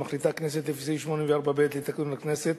מחליטה הכנסת לפי סעיף 84(ב) לתקנון הכנסת